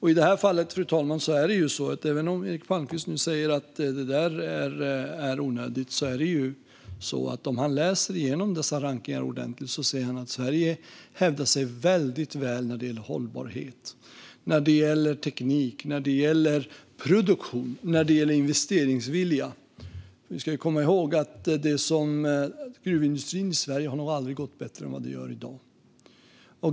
I det här fallet är det så här, fru talman: Eric Palmqvist säger nu att det där är onödigt, men om han läser igenom dessa rankningar ordentligt ser han att Sverige hävdar sig väldigt väl när det gäller hållbarhet, teknik, produktion och investeringsvilja. Vi ska komma ihåg att gruvindustrin nog aldrig har gått bättre än den gör i dag.